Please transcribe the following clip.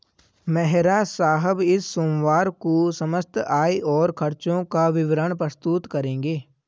मेहरा साहब इस सोमवार को समस्त आय और खर्चों का विवरण प्रस्तुत करेंगे